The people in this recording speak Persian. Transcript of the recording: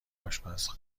آشپز